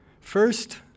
First